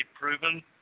proven